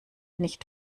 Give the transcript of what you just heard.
nicht